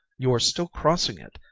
you are still crossing it.